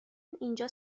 اینجا